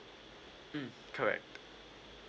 mm correct